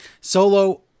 Solo